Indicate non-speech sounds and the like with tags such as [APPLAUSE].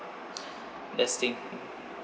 [NOISE] best thing